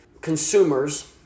consumers